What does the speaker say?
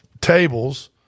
tables –